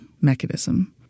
mechanism